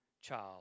child